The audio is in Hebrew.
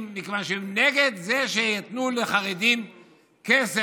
מכיוון שהם נגד זה שייתנו לחרדים כסף,